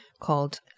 called